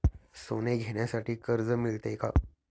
सोने घेण्यासाठी कर्ज मिळते का?